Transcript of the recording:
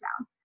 down